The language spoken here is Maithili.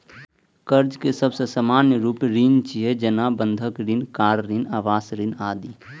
कर्ज के सबसं सामान्य रूप ऋण छियै, जेना बंधक ऋण, कार ऋण, आवास ऋण आदि